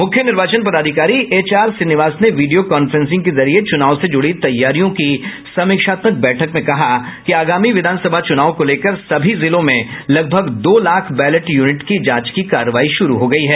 मुख्य निर्वाचन पदाधिकारी एच आर श्रीनिवास ने वीडियो कांफ्रेंसिंग के जरिये चुनाव से जुड़ी तैयारियों की समीक्षात्मक बैठक में कहा कि आगामी विधानसभा चुनाव को लेकर सभी जिलों में लगभग दो लाख बैलेट यूनिट की जांच की कार्रवाई शुरू हो गयी है